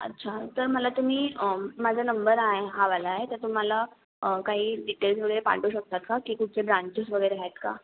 अच्छा तर मला तुम्ही माझा नंबर आहे हा वाला आहे तर मला काही डीटेल्स वगैरे पाठवू शकता का की कुठचे ब्रँचेस वगैरे आहेत का